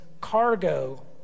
cargo